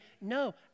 no